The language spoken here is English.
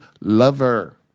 lover